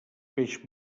peix